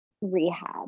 rehab